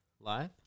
live